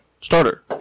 Starter